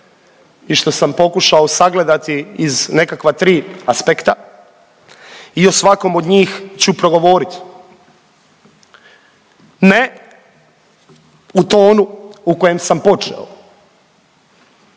i što sam pokušao sagledati iz nekakva 3 aspekta i o svakom o njih ću progovoriti. Ne u tonu u kojem sam počeo,